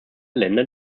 länder